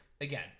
again